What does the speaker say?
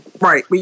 Right